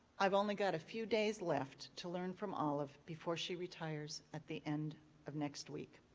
i've only got a few days left to learn from olive before she retires at the end of next week.